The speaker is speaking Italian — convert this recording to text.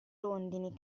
rondini